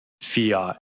fiat